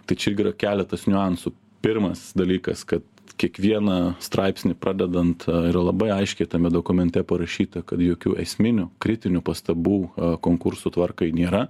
tai čia irgi yra keletas niuansų pirmas dalykas kad kiekvieną straipsnį pradedant yra labai aiškiai tame dokumente parašyta kad jokių esminių kritinių pastabų konkursų tvarkai nėra